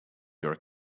your